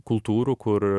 kultūrų kur